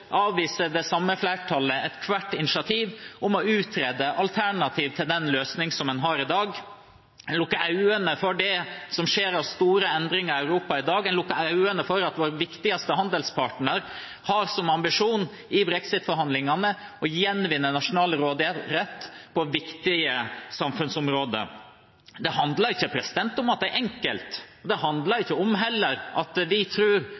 avviser det samme flertallet ethvert initiativ om å utrede alternativer til den løsningen som en har i dag. En lukker øynene for det som skjer av store endringer i Europa i dag. En lukker øynene for at vår viktigste handelspartner har som ambisjon i brexit-forhandlingene å gjenvinne nasjonal råderett på viktige samfunnsområder. Det handler ikke om at det er enkelt, det handler heller ikke om at vi